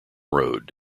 road